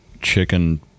chicken